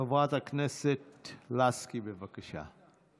חברת הכנסת לסקי, בבקשה.